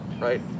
Right